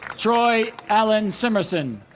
troy allan simmerson